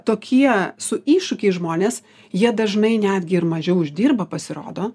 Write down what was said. tokie su iššūkiais žmonės jie dažnai netgi ir mažiau uždirba pasirodo